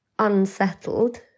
unsettled